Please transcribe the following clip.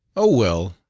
oh, well,